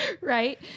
Right